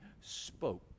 spoke